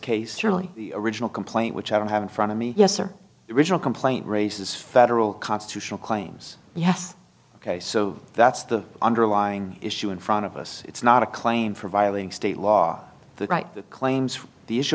case surely the original complaint which i don't have in front of me yes or the original complaint raises federal constitutional claims yes ok so that's the underlying issue in front of us it's not a claim for violating state law the right that claims the issue